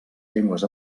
llengües